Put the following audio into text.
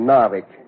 Narvik